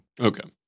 Okay